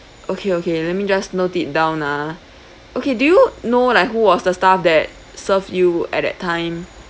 okay okay let me just note it down ah okay do you know what like who was the staff that served you at that time